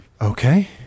okay